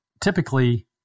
Typically